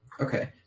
Okay